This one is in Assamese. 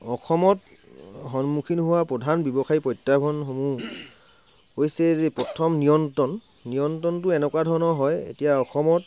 অসমত সন্মুখীন হোৱা প্ৰধান ব্যৱসায়ী প্ৰত্যাহ্বান সমূহ হৈছে যে প্ৰথম নিয়ন্ত্ৰণ নিয়ন্ত্ৰণটো এনেকুৱা ধৰণৰ হয় এতিয়া অসমত